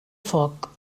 foc